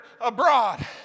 abroad